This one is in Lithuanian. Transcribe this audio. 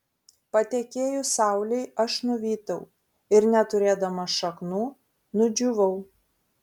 patekėjus saulei aš nuvytau ir neturėdamas šaknų nudžiūvau